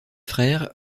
frères